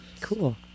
Cool